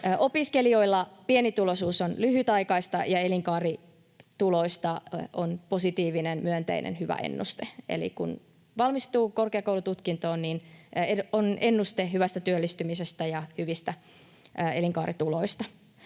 Opiskelijoilla pienituloisuus on lyhytaikaista, ja elinkaarituloista on positiivinen, myönteinen, hyvä ennuste. Eli kun valmistuu korkeakoulututkintoon, niin on ennuste hyvästä työllistymisestä ja hyvistä elinkaarituloista.